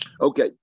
Okay